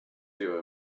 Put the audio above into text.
you